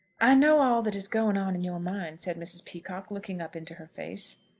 i know all that is going on in your mind, said mrs. peacocke, looking up into her face.